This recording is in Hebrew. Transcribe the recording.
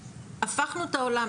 הפכנו את העולם.